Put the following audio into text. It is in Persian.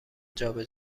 جابه